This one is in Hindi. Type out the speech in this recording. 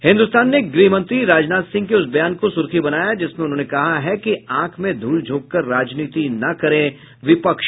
हिन्दुस्तान ने गृह मंत्री राजनाथ सिंह के उस बयान को सुर्खी बनाया है जिसमें उन्होंने कहा है कि आंख में धूल झोंककर राजनीति न करे विपक्ष